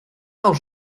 auch